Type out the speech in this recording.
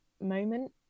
moment